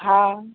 हा